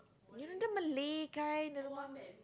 you know the Malay guy